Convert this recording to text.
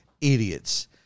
idiots